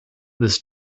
this